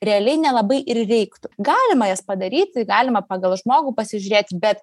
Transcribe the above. realiai nelabai ir reiktų galima jas padaryti galima pagal žmogų pasižiūrėti bet